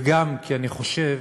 וגם כי אני חושב